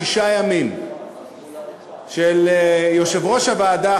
שישה ימים של יושב-ראש הוועדה,